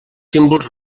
símbols